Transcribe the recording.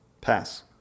Pass